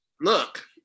Look